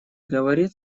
говорит